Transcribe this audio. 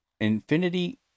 Infinity